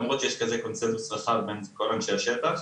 למרות שיש כזה קונצנזוס רחב בין כל אנשי השטח.